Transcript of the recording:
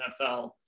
NFL